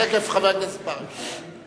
תיכף, חבר הכנסת ברכה.